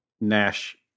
Nash